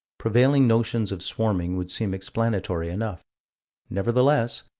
prevailing notions of swarming would seem explanatory enough nevertheless,